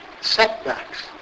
setbacks